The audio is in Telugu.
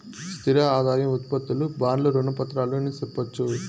స్థిర ఆదాయం ఉత్పత్తులు బాండ్లు రుణ పత్రాలు అని సెప్పొచ్చు